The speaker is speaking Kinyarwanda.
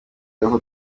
aho